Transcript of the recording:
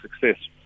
success